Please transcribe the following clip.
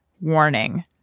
warning